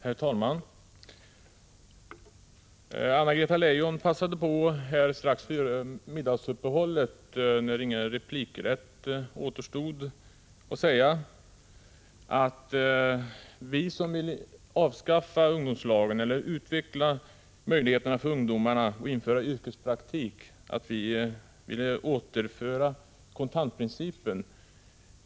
Herr talman! Anna-Greta Leijon passade strax före middagsuppehållet, när ingen replikrätt återstod, på att säga att vi som vill avskaffa ungdomslagen och i stället utveckla möjligheterna för ungdomarna genom att inrätta yrkespraktikplatser önskar återinföra kontantprincipen.